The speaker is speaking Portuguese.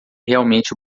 realmente